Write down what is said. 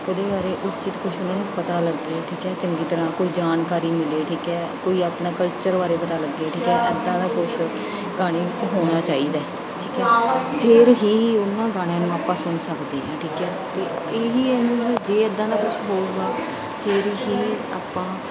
ਉਹਦੇ ਬਾਰੇ ਉਚਿੱਤ ਕੁਛ ਉਹਨਾਂ ਨੂੰ ਪਤਾ ਲੱਗੇ ਠੀਕ ਹੈ ਚੰਗੀ ਤਰ੍ਹਾਂ ਕੋਈ ਜਾਣਕਾਰੀ ਮਿਲੇ ਠੀਕ ਹੈ ਕੋਈ ਆਪਣਾ ਕਲਚਰ ਬਾਰੇ ਪਤਾ ਲੱਗੇ ਠੀਕ ਹੈ ਇੱਦਾਂ ਦਾ ਕੁਛ ਗਾਣੇ ਵਿੱਚ ਹੋਣਾ ਚਾਹੀਦਾ ਠੀਕ ਹੈ ਫਿਰ ਹੀ ਉਹਨਾਂ ਗਾਣਿਆਂ ਨੂੰ ਆਪਾਂ ਸੁਣ ਸਕਦੇ ਹਾਂ ਠੀਕ ਹੈ ਅਤੇ ਇਹ ਹੀ ਹਨ ਜੇ ਇੱਦਾਂ ਦਾ ਕੁਛ ਹੋਰ ਵਾ ਫਿਰ ਹੀ ਆਪਾਂ